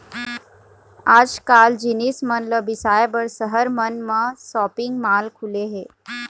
आजकाल जिनिस मन ल बिसाए बर सहर मन म सॉपिंग माल खुले हे